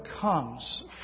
comes